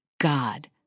God